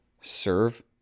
serve